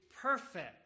perfect